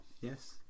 yes